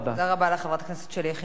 תודה רבה לך, חברת הכנסת שלי יחימוביץ.